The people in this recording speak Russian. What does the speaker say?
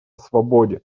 свободе